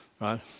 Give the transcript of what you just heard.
right